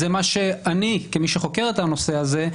זה מה שאני כמי שחוקר את הנושא הזה,